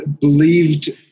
believed